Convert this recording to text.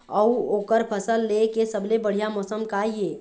अऊ ओकर फसल लेय के सबसे बढ़िया मौसम का ये?